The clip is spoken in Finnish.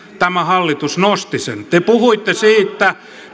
tämä hallitus nosti sen te puhuitte siitä